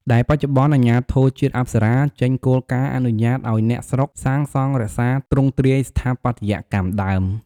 ដែលបច្ចុប្បន្នអាជ្ញាធរជាតិអប្សរាចេញគោលការណ៍អនុញ្ញាតឲ្យអ្នកស្រុកសាងសង់រក្សាទ្រង់ទ្រាយស្ថាបត្យកម្មដើម។